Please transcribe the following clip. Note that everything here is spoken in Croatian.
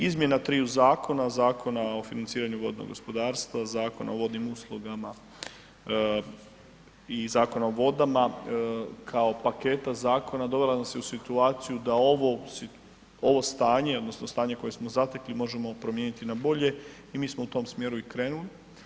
Izmjena triju zakona, Zakona o financiranju vodnog gospodarstva, Zakona o vodnim uslugama i Zakona o vodama, kao paketa zakona dovela nas je u situaciju da ovo stanje odnosno stanje koje smo zatekli možemo promijeniti na bolje i mi smo u tome smjeru i krenuli.